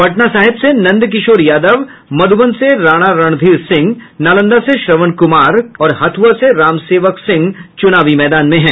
पटना साहिब से नंदकिशोर यादव मधुबन से राणा रणधीर सिंह नालंदा से श्रवण कुमार और हथुआ से राम सेवक सिंह चुनावी मैदान में हैं